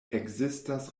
ekzistas